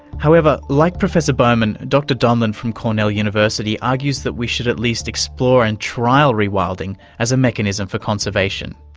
however, like professor bowman, dr donlan from cornell university argues that we should at least explore and trial rewilding as a mechanism for conservation,